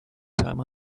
time